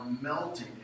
melting